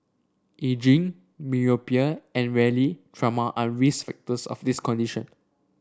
ageing myopia and rarely trauma are risk factors of this condition